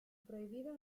prohibido